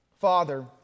Father